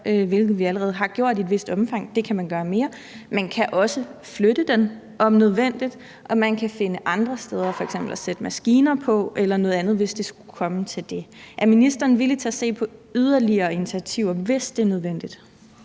hvilket vi allerede har gjort i et vist omfang. Det kan man gøre noget mere. Man kan også flytte den om nødvendigt, og man kan f.eks. finde andre steder at sætte maskiner på, hvis det skulle komme til det. Er ministeren villig til at se på yderligere initiativer, hvis det er nødvendigt?